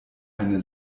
eine